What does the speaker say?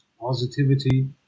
positivity